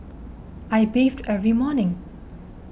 I bathe every morning